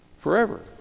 forever